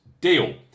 deal